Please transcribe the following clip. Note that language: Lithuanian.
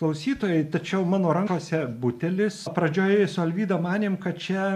klausytojai tačiau mano rankose butelis pradžioje su alvyda manėm kad čia